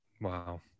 wow